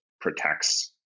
protects